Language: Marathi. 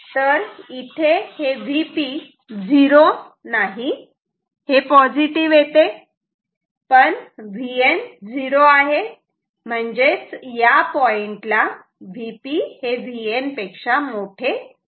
तर इथे हे Vp झिरो नाही हे पॉझिटिव्ह येते पण Vn 0 आहे म्हणजेच या पॉइंटला Vp Vn असे आहे